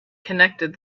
connected